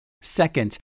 Second